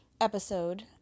episode